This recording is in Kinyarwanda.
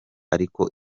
ariko